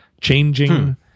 Changing